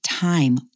time